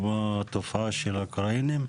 כמו התופעה של האוקראינים?